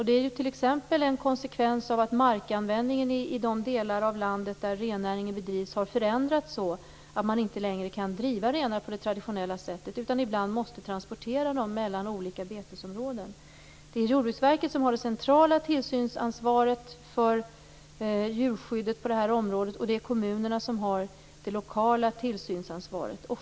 Det är t.ex. en konsekvens av att markanvändningen i de delar av landet där rennäringen bedrivs har förändrats så att man inte längre kan driva renar på det traditionella sättet utan ibland måste transportera dem mellan olika betesområden. Det är Jordbruksverket som har det centrala tillsynsansvaret för djurskyddet på det här området och kommunerna det lokala tillsynsansvaret.